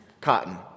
cotton